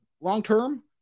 long-term